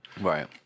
Right